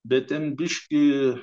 bitėm biškį